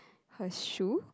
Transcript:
her shoe